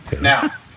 Now